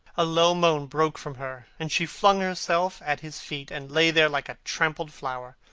a low moan broke from her, and she flung herself at his feet and lay there like a trampled flower.